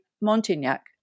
Montignac